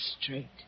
straight